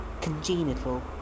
congenital